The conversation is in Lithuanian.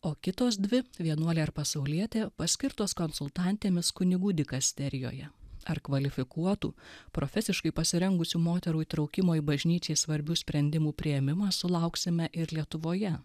o kitos dvi vienuolė ir pasaulietė paskirtos konsultantėmis kunigų dikasterijoje ar kvalifikuotų profesiškai pasirengusių moterų įtraukimo į bažnyčiai svarbių sprendimų priėmimą sulauksime ir lietuvoje